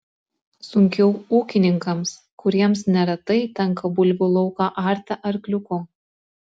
sunkiau ūkininkams kuriems neretai tenka bulvių lauką arti arkliuku